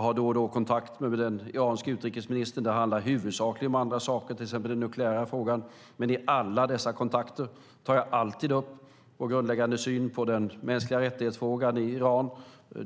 har då och då kontakt med den iranske utrikesministern. Det handlar huvudsakligen om andra saker, till exempel den nukleära frågan, men jag kan försäkra att jag i de bilaterala kontakter vi har, i alla dessa kontakter, alltid tar upp vår grundläggande syn på frågan om mänskliga rättigheter i Iran.